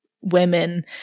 women